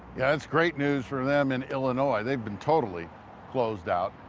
yeah that's great news for um them and illinois they've been totally closed out.